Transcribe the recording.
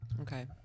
Okay